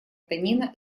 танина